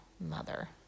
mother